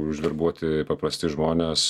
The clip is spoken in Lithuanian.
užverbuoti paprasti žmonės